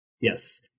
Yes